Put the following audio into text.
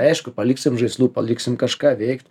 aišku paliksim žaislų paliksim kažką veikt